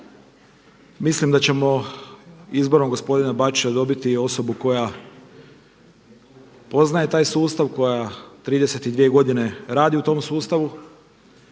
Mislim da ćemo izborom gospodina Bačića dobiti osobu koja poznaje taj sustav, koja 32 godine radi u tom sustavu